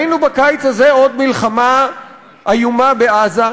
ראינו בקיץ הזה עוד מלחמה איומה בעזה,